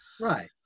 Right